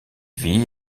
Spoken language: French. vit